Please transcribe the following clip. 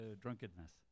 drunkenness